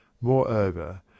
Moreover